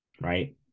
right